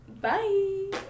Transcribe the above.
Bye